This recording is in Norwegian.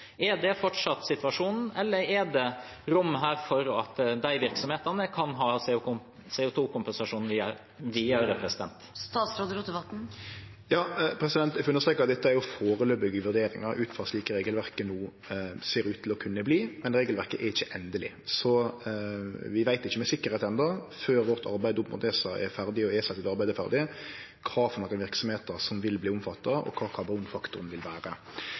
Er det fortsatt situasjonen, eller er det rom her for at disse virksomhetene kan ha CO 2 -kompensasjon videre? Eg får understreke at dette er førebelse vurderingar ut frå slik regelverket no ser ut til kunne verte, men regelverket er ikkje endeleg. Så vi veit enno ikkje med sikkerheit, før vårt arbeid opp mot ESA er ferdig, og ESA sitt arbeid er ferdig, kva verksemder som vil verte omfatta, og kva karbonfaktoren vil vere.